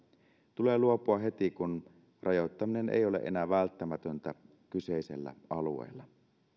tulee luopua heti kun rajoittaminen ei ole enää välttämätöntä kyseisellä alueella